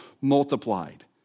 multiplied